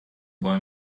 boy